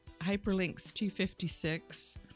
Hyperlinks256